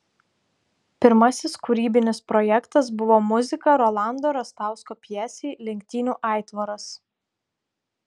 pirmasis kūrybinis projektas buvo muzika rolando rastausko pjesei lenktynių aitvaras